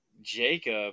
Jacob